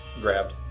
Grabbed